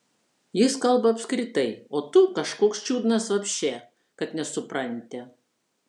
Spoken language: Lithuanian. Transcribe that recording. jis kalba apskritai o tu kažkoks čiudnas vapše kad nesupranti